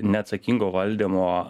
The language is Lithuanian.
neatsakingo valdymo